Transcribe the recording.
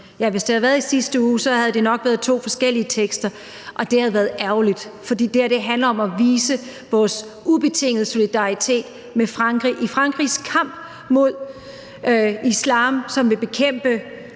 Hvis det havde været i sidste uge, havde det nok været to forskellige forslag, og det havde været ærgerligt, for det her handler om at vise vores ubetingede solidaritet med Frankrig i Frankrigs kamp mod islam, som vil bekæmpe